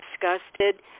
disgusted